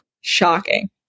Shocking